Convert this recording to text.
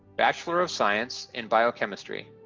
bachelor of science in biochemistry.